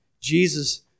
Jesus